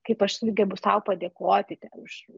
kaip aš sugebu sau padėkoti tiek už